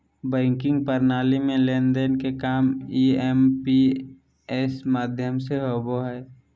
banking प्रणाली में लेन देन के काम आई.एम.पी.एस माध्यम से होबो हय